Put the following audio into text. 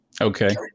Okay